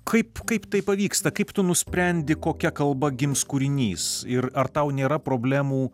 kaip kaip tai pavyksta kaip tu nusprendi kokia kalba gims kūrinys ir ar tau nėra problemų